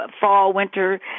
fall-winter